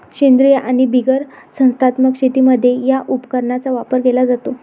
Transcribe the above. सेंद्रीय आणि बिगर संस्थात्मक शेतीमध्ये या उपकरणाचा वापर केला जातो